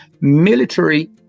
military